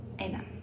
Amen